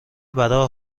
برای